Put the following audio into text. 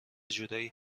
جورایی